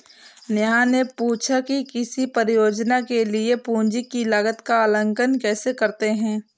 नेहा ने पूछा कि किसी परियोजना के लिए पूंजी की लागत का आंकलन कैसे करते हैं?